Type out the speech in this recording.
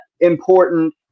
important